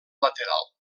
lateral